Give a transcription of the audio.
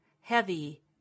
heavy